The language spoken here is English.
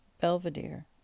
Belvedere